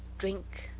drink,